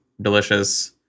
delicious